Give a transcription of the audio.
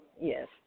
Yes